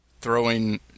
throwing